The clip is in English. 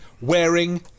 wearing